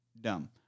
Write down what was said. Dumb